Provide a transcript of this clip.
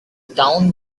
town